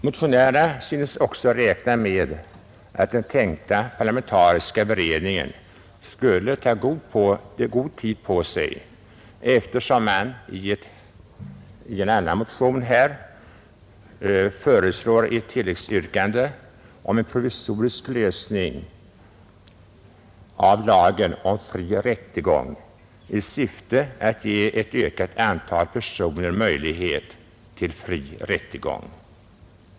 Motionärerna synes också räkna med att den tänkta parlamentariska beredningen skulle ta god tid på sig, eftersom de i ett tilläggsyrkande föreslår en provisorisk ändring i lagen om fri rättegång i syfte att ge ett ökat antal personer möjlighet till fri rättegång.